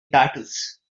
tatters